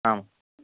ಹಾಂ